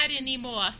anymore